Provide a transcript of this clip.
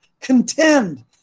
Contend